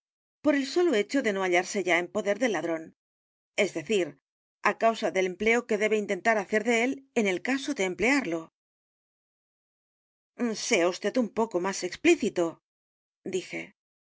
por el solo hecho de no hallarse ya en poder del ladrón es decir á causa del empleo que debe intentar hacer de él en el caso de emplearlo sea vd un poco más explícito dije